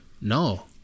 No